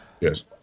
Yes